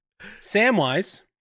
Samwise